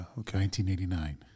1989